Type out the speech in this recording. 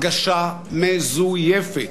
הרגשה מזויפת,